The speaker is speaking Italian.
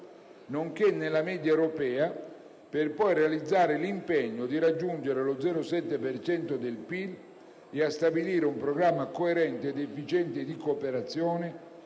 nonché alla media europea per poi realizzare l'impegno di raggiungere lo 0,7 per cento del PIL, e a stabilire un programma coerente ed efficiente di cooperazione,